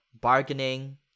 bargaining